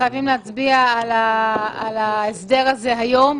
שחייבים להצביע על ההסדר הזה היום,